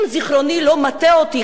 אם זיכרוני לא מטעה אותי,